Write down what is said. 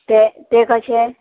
ते ते कशे